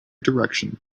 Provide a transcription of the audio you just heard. direction